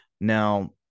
now